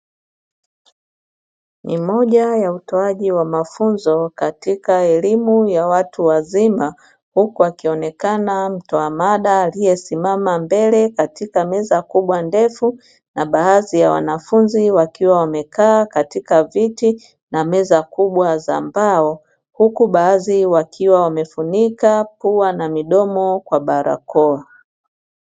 Ni moja ya utoaji wa mafunzo katika elimu ya watu wazima huku akionekana mtoa mada aliyesimama mbele katika meza kubwa ndefu, na baadhi ya wanafunzi wakiwa wamekaa katika viti na meza kubwa za mbao huku baadhi wakiwa wamefunika pua na midomo kwa barakoa.